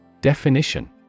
Definition